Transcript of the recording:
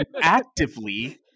actively